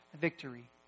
victory